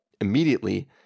immediately